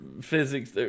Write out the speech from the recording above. physics